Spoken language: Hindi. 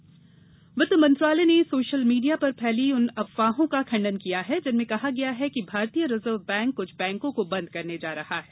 सोशल मीडिया वित्त मंत्रालय ने सोशल मीडिया पर फैली उन अफवाहों का खंडन किया है जिनमें कहा गया है कि भारतीय रिजर्व बैंक कुछ बैंकों को बंद करने जा रहा है